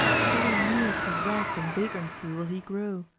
so inured to rags and vagrancy will he grow.